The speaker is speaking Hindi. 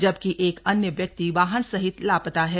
जबकि एक अन्य व्यक्ति वाहन सहित लापता है